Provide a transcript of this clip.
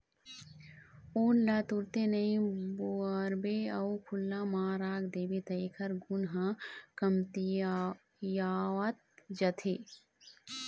ऊन ल तुरते नइ बउरबे अउ खुल्ला म राख देबे त एखर गुन ह कमतियावत जाथे